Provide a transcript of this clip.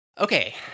Okay